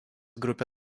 grupė